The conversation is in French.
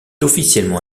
officiellement